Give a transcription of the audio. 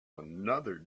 another